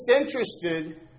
disinterested